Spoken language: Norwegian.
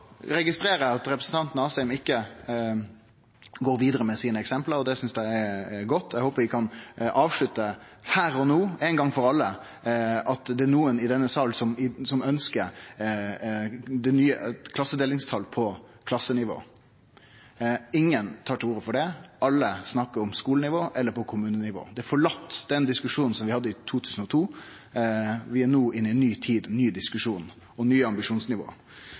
registrerer at representanten Asheim ikkje går vidare med sine eksempel, og det synest eg er godt. Eg håpar vi kan avslutte her og no – ein gong for alle – at det er nokon i denne salen som ønskjer nye klassedelingstall på klassenivå. Ingen tar til orde for det, alle snakkar om skulenivå eller kommunenivå. Den diskusjonen vi hadde i 2002, er forlate. Vi er no inne i ei ny tid, ein ny diskusjon og nye ambisjonsnivå.